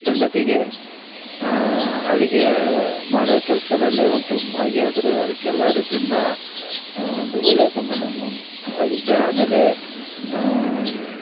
ಹೆಂಡತಿಗೆ ಅಡಿಗೆ ಮಾಡುವ ಕೆಲಸದಲ್ಲೇ ಒಂದು ಸ್ವಲ್ಪ ಭಾಗಿಯಾದರೆ ಅದಕ್ಕೆ ಎಲ್ಲ ರೀತಿಯಿಂದ ಒಂದು ಒಳ್ಳೆಯ ಸಂಬಂಧವೂ ಆಗುತ್ತೆ ಆಮೇಲೆ